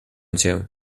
cię